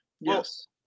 Yes